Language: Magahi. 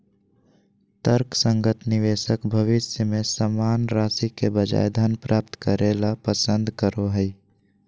तर्कसंगत निवेशक भविष्य में समान राशि के बजाय धन प्राप्त करे ल पसंद करो हइ